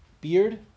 beard